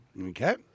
okay